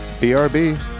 BRB